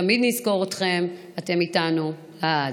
תמיד נזכור אתכם, אתם איתנו לעד.